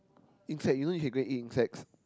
insect you know you can go and eat insects